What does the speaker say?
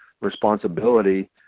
responsibility